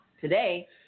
Today